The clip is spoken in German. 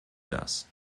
das